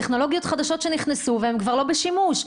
טכנולוגיות חדשות שנכנסו והן כבר לא בשימוש,